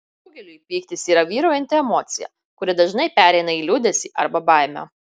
daugeliui pyktis yra vyraujanti emocija kuri dažnai pereina į liūdesį arba baimę